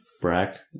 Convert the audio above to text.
Brack